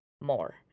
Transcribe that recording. more